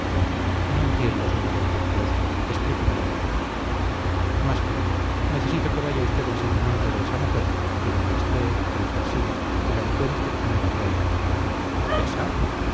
no entiendo sr d fructuoso explíquemelo mejor más claro necesito que vaya usted en seguimiento de esa mujer que la rastree que la persiga que la encuentre y me la traiga ésa